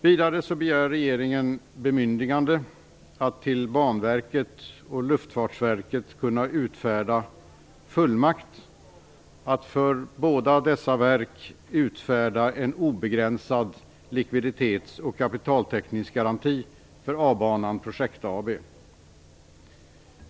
Vidare begär regeringen bemyndigande att utfärda fullmakt till Banverket och Luftfartsverket att utfärda en obegränsad likviditets och kapitaltäckningsgaranti för A-Banan Projekt AB.